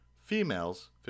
females